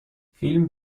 فیلم